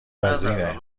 وزینه